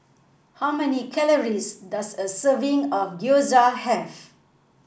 how many calories does a serving of Gyoza Have